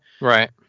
right